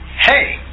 hey